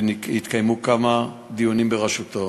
והתקיימו כמה דיונים בראשותו.